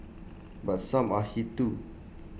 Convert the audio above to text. but some are hit too